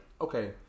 okay